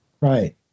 Right